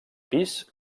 pis